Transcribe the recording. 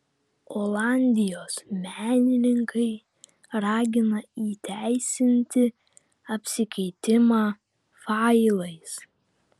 olandijos menininkai ragina įteisinti apsikeitimą failais